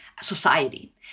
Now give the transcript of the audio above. society